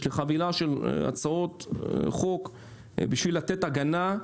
יש לי חבילה של הצעות חוק בשביל לתת הגנה.